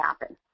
happen